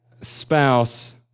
spouse